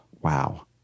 Wow